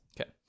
okay